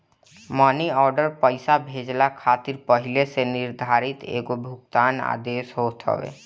मनी order पईसा भेजला खातिर पहिले से निर्धारित एगो भुगतान आदेश होत हवे